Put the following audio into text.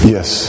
Yes